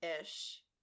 ish